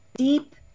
deep